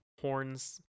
horns